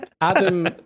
Adam